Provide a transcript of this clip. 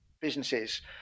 businesses